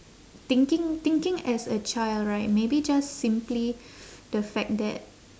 thinking thinking as a child right maybe just simply the fact that